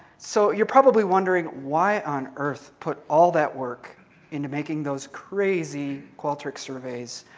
so you're probably wondering, why on earth put all that work into making those crazy qualtrics surveys?